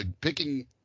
picking